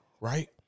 right